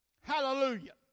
Hallelujah